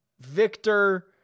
Victor